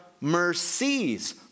mercies